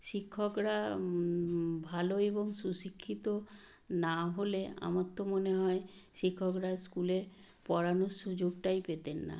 শিক্ষকরা ভালো এবং সুশিক্ষিত না হলে আমার তো মনে হয় শিক্ষকরা স্কুলে পড়ানোর সুযোগটাই পেতেন না